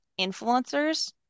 influencers